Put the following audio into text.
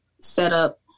setup